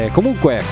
Comunque